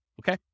okay